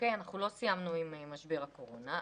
לא סיימנו עם משבר הקורונה,